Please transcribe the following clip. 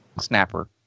snapper